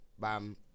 bam